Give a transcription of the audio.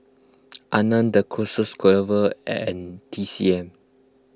Anmum the Closet could ever and T C M